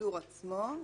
באיסור עצמו.